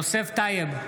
יוסף טייב,